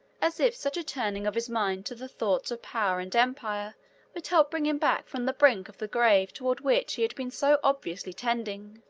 as if such a turning of his mind to the thoughts of power and empire would help bring him back from the brink of the grave toward which he had been so obviously tending.